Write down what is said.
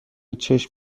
چشم